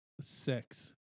six